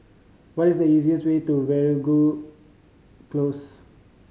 what is the easiest way to Veeragoo Close